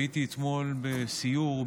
הייתי אתמול בסיור,